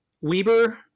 Weber